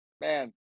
man